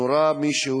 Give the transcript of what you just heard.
נורה מישהו,